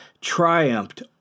triumphed